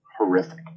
horrific